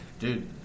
Dude